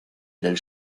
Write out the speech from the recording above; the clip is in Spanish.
del